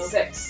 six